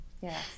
yes